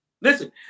listen